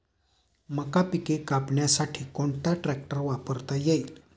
मका पिके कापण्यासाठी कोणता ट्रॅक्टर वापरता येईल?